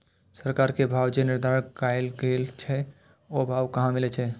सरकार के भाव जे निर्धारित कायल गेल छै ओ भाव कहाँ मिले छै?